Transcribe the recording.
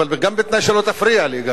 אבל גם בתנאי שלא תפריע לי.